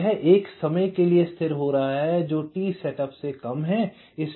और यह एक समय के लिए स्थिर हो रहा है जो t सेटअप से कम है